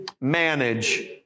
manage